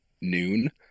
noon